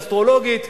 אסטרולוגית.